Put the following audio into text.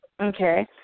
Okay